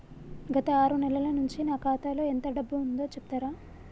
గత ఆరు నెలల నుంచి నా ఖాతా లో ఎంత డబ్బు ఉందో చెప్తరా?